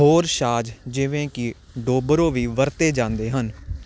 ਹੋਰ ਸਾਜ਼ ਜਿਵੇਂ ਕਿ ਡੋਬਰੋ ਵੀ ਵਰਤੇ ਜਾਂਦੇ ਹਨ